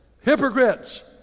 hypocrites